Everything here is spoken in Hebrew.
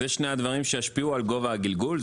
אלה שני הדברים שישפיעו על גובה הגלגול.